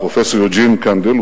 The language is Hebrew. פרופסור יוג'ין קנדל,